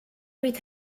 bryd